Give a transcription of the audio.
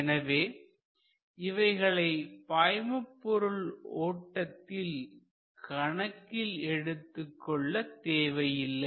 எனவே இவைகளை பாய்மபொருள் ஓட்டத்தில் கணக்கில் எடுத்துக் கொள்ள தேவையில்லை